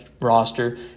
roster